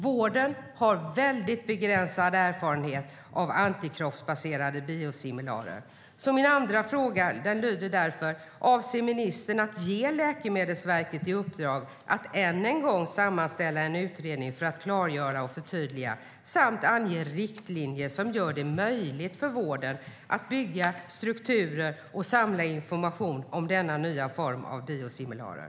Vården har väldigt begränsad erfarenhet av antikroppsbaserade biosimilarer. Min andra fråga lyder därför: Avser ministern att ge Läkemedelsverket i uppdrag att än en gång sammanställa en utredning för att klargöra och förtydliga samt ange riktlinjer som gör det möjligt för vården att bygga strukturer och samla information om denna nya form av biosimilarer?